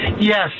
Yes